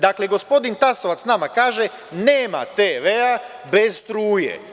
Dakle, gospodin Tasovac nama kaže, nema tv-a bez struje.